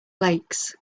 lakes